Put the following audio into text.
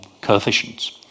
coefficients